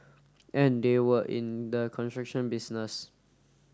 and they were in the construction business